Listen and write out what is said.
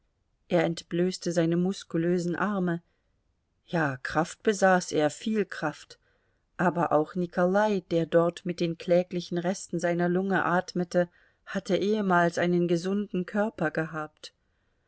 er entblößte seine muskulösen arme ja kraft besaß er viel kraft aber auch nikolai der dort mit den kläglichen resten seiner lunge atmete hatte ehemals einen gesunden körper gehabt